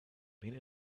been